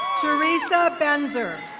theresa benzer.